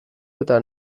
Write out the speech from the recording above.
eta